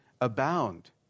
abound